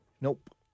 Nope